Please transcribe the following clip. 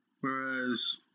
Whereas